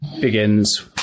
begins